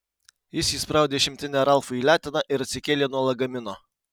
jis įspraudė šimtinę ralfui į leteną ir atsikėlė nuo lagamino